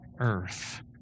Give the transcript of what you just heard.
earth